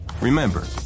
Remember